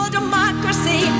democracy